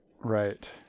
Right